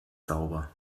sauber